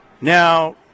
Now